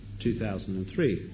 2003